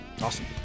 Awesome